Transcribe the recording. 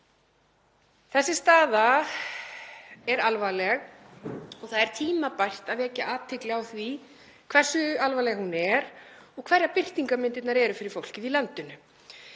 Þessi staða er alvarleg og tímabært að vekja athygli á því hversu alvarleg hún er og hverjar birtingarmyndirnar eru fyrir fólkið í landinu.